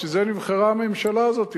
בשביל זה נבחרה הממשלה הזאת,